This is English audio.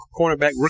cornerback